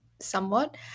somewhat